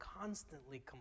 constantly